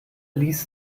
ließ